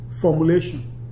formulation